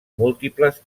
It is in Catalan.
múltiples